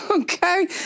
Okay